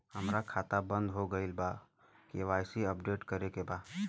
हमार खाता बंद हो गईल ह के.वाइ.सी अपडेट करे के बा?